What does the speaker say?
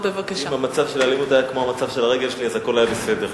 אם המצב של האלימות היה כמו המצב של הרגל שלי אז הכול היה בסדר.